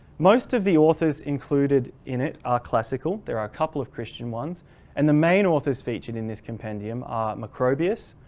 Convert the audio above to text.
most of the author's included in it are classical. there are a couple of christian ones and the main authors featured in this compendium are macrobius,